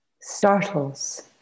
startles